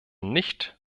nicht